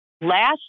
Last